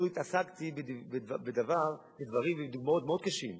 אפילו התעסקתי בדברים מאוד מאוד קשים,